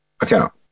account